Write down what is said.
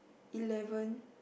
eleven